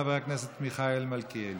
חבר הכנסת מיכאל מלכיאלי.